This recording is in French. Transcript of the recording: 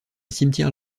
cimetière